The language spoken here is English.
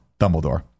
Dumbledore